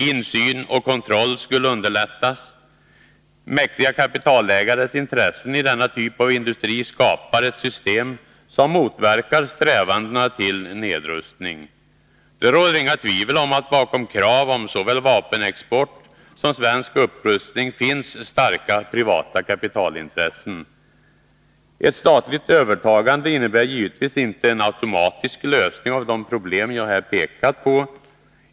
Insyn och kontroll skulle underlättas. Mäktiga kapitalägares intressen i denna typ av industri skapar ett system som motverkar strävandena till nedrustning. Det råder inga tvivel på att bakom krav på såväl vapenexport som svensk upprustning finns starka privata kapitalintressen. Ett statligt övertagande innebär givetvis inte en automatisk lösning av de problem jag här pekat på.